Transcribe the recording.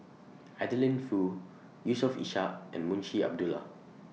Adeline Foo Yusof Ishak and Munshi Abdullah